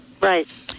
Right